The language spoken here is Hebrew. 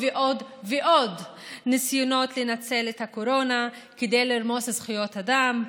ועוד ועוד ניסיונות לנצל את הקורונה כדי לרמוס זכויות אדם,